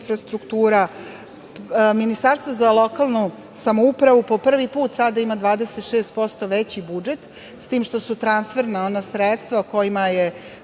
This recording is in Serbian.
infrastruktura. Ministarstvo za lokalnu samoupravu prvi put sada ima 26% veći budžet, s tim što su transferna sredstva o kojima su